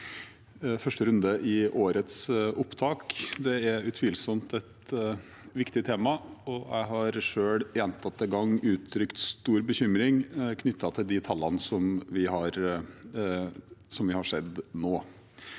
første runde i årets opptak, dette er utvilsomt et viktig tema, og jeg har selv gjentatte ganger uttrykt stor bekymring knyttet til de tallene som vi har sett nå.